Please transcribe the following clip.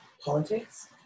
politics